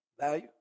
value